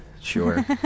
sure